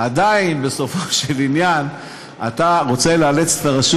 עדיין בסופו של עניין אתה רוצה לאלץ את הרשות